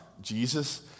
Jesus